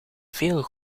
veel